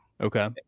Okay